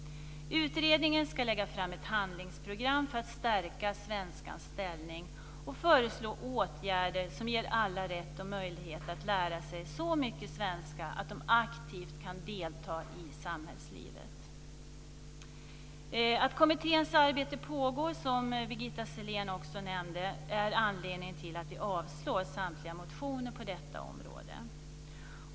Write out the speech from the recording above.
Utredningen ska lägga fram ett handlingsprogram för att stärka svenskans ställning och föreslå åtgärder som ger alla rätt och möjlighet att lära sig så mycket svenska att de aktivt kan delta i samhällslivet. Att kommitténs arbete pågår, som Birgitta Sellén också nämnde, är anledningen till att vi avstyrker samtliga motioner på detta område.